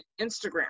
Instagram